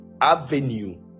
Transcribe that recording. avenue